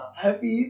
happy